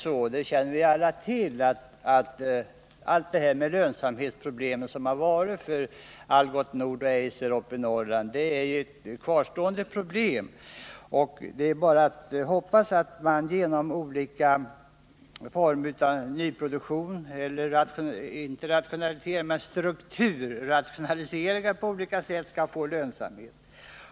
Men vi känner ju alla till de lönsamhetsproblem som man hade i Algots Nord och Eiser, och tyvärr är det så att lönsamhetsproblemen fortfarande kvarstår. Det är bara att hoppas att man genom olika former av nyproduktion och genom strukturrationaliseringar skall kunna få lönsamhet.